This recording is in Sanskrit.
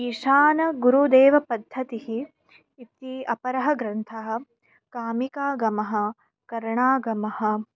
इशानगुरुदेव पद्धतिः इति अपरः ग्रन्थः कामिकागमः करणागमः